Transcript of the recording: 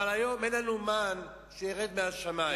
אבל היום אין לנו מן שירד מהשמים.